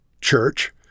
church